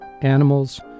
animals